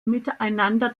miteinander